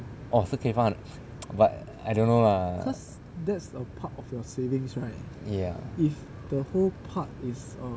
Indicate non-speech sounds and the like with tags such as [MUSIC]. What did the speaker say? oh 是可以放 [NOISE] but I don't lah ya